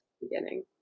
beginning